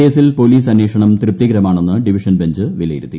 കേസിൽ പോലീസന്വേഷണം തൃപ്തികരമാണെന്ന് ഡിവിഷൻ ബെഞ്ച് വിലയിരുത്തി